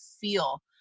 feel